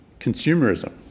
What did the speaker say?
consumerism